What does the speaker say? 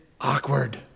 awkward